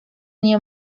nie